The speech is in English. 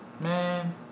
Man